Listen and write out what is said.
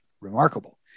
remarkable